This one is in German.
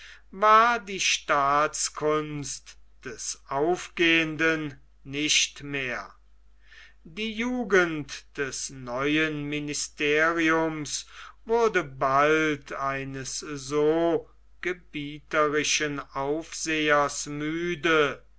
war die staatskunst des angehenden nicht mehr die jugend des neuen ministeriums wurde bald eines so gebieterischen aufsehers müde